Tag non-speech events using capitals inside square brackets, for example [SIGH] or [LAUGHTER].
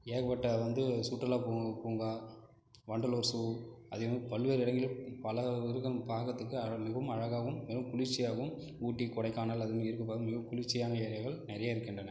ஏகப்பட்ட வந்து சுற்றுலா பூங் பூங்கா வண்டலூர் ஜூ அதேமாரி பல்வேறு இடங்களில் பல மிருகம் பார்க்கறதுக்கு அழ மிகவும் அழகாகவும் மிகவும் குளிர்ச்சியாகவும் ஊட்டி கொடைக்கானல் அதுமாரி இருக்க [UNINTELLIGIBLE] மிகக் குளிர்ச்சியான ஏரியாகள் நிறைய இருக்கின்றன